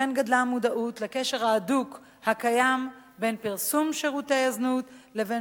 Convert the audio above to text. וכן גדלה המודעות לקשר ההדוק הקיים בין פרסום שירותי זנות לבין